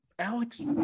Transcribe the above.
Alex